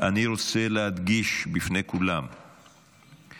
אני רוצה להדגיש בפני כולם שהשואה,